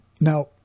Now